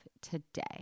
today